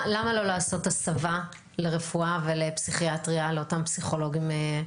למה לא לעשות הסבה לרפואה ולפסיכיאטריה לאותם פסיכולוגים?